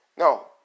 No